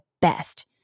best